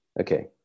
Okay